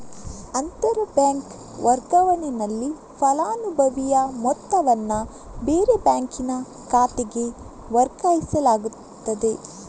ಅಂತರ ಬ್ಯಾಂಕ್ ವರ್ಗಾವಣೆನಲ್ಲಿ ಫಲಾನುಭವಿಯ ಮೊತ್ತವನ್ನ ಬೇರೆ ಬ್ಯಾಂಕಿನ ಖಾತೆಗೆ ವರ್ಗಾಯಿಸಲಾಗ್ತದೆ